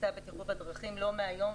הבטיחות בדרכים לא מהיום,